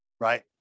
right